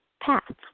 path